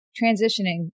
transitioning